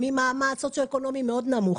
ממעמד סוציו אקונומי מאוד נמוך.